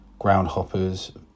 Groundhoppers